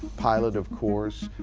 pilot of course.